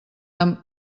amb